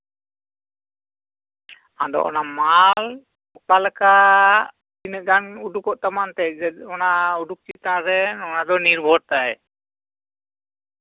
ᱟᱫᱚ ᱚᱱᱟ ᱢᱟᱞ ᱚᱠᱟ ᱞᱮᱠᱟ ᱛᱤᱱᱟᱹᱜ ᱜᱟᱱ ᱩᱰᱩᱠᱚᱜ ᱛᱟᱢᱟ ᱮᱱᱛᱮᱫ ᱚᱱᱟ ᱩᱰᱩᱠ ᱪᱮᱛᱟᱱᱨᱮ ᱱᱚᱶᱟ ᱫᱚ ᱱᱤᱨᱵᱷᱚᱨ ᱮᱫᱟᱭ